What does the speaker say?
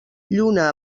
lluna